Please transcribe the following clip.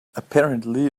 apparently